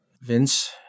Vince